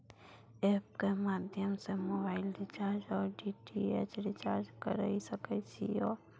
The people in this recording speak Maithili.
एप के माध्यम से मोबाइल रिचार्ज ओर डी.टी.एच रिचार्ज करऽ सके छी यो?